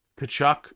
Kachuk